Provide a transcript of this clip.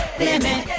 limit